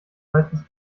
meistens